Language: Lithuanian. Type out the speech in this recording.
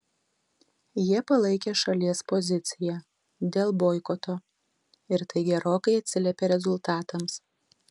jie palaikė šalies poziciją dėl boikoto ir tai gerokai atsiliepė rezultatams